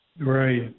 Right